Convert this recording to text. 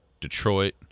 Detroit